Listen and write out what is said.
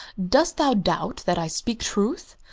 dost thou doubt that i speak truth?